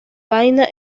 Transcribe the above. vaina